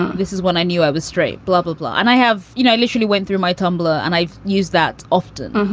this is when i knew i was straight. blah, blah, blah. and i have you know, i literally went through my tumblr and i use that often